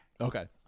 Okay